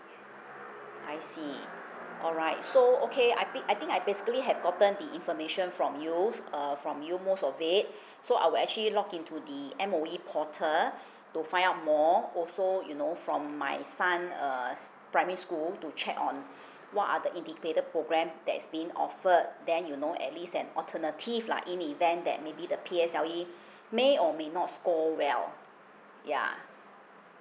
I see alright so okay I think I think I basically have gotten the information from you err from you most of it so I will actually log into the M_O_E portal to find out more also you know from my son uh primary school to check on what are the integrated programme that's being offered then you know at least an alternative lah in the event that maybe the P_S_L_E may or may not score well yeah